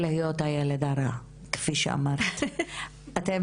הילד הרע כפי שאמרת,